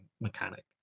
mechanic